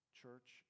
church